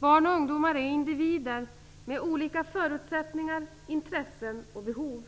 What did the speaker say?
Barn och ungdomar är individer med olika förutsättningar, intressen och behov.